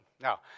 Now